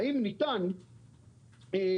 והאם ניתן להטיל